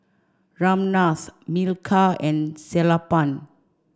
Ramnath Milkha and Sellapan